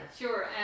sure